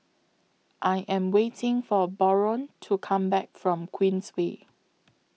I Am waiting For Barron to Come Back from Queensway